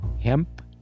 hemp